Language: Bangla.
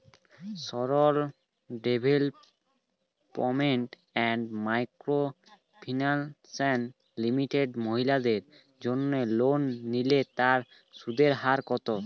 Sarala development and micro finance limited মহিলাদের জন্য লোন নিলে তার সুদের হার কত?